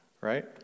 right